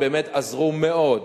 הם באמת עזרו מאוד,